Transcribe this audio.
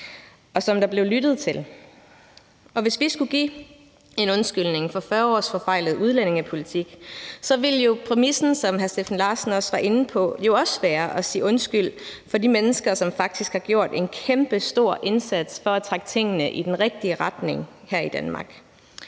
og som der blev lyttet til. Hvis vi skulle give en undskyldning for 40 års forfejlet udlændingepolitik, ville præmissen, som hr. Steffen Larsen også var inde på, jo også være at sige undskyld for de mennesker, som faktisk har gjort en kæmpestor indsats for at trække tingene i den rigtige retning her i Danmark.